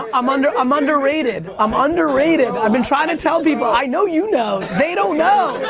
um and i'm underrated, i'm underrated, i've been trying to tell people, i know you know, they don't know,